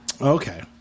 Okay